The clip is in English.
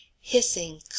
Hissing